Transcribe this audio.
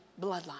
bloodline